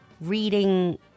reading